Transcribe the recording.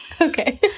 Okay